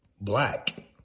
black